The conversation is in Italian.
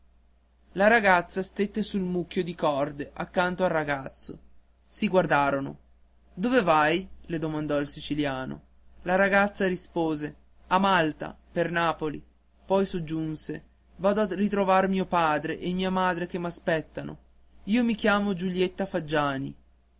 la ragazza sedette sul mucchio di corde accanto al ragazzo si guardarono dove vai le domandò il siciliano la ragazza rispose a malta per napoli poi soggiunse vado a ritrovar mio padre e mia madre che m'aspettano io mi chiamo giulietta faggiani